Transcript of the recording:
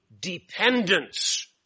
dependence